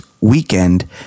weekend